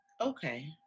Okay